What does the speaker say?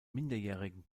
minderjährigen